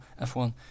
F1